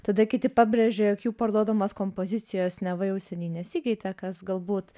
tada kiti pabrėžia jog jų parduodamos kompozicijos neva jau seniai nesikeitė kas galbūt